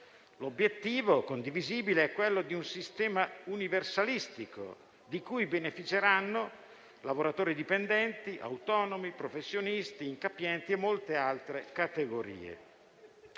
L'obiettivo condivisibile è quello di un sistema universalistico, di cui beneficeranno lavoratori dipendenti, autonomi, professionisti, incapienti e molte altre categorie.